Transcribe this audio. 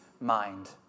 mind